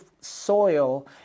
soil